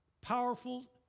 powerful